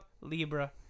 Libra